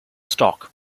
stock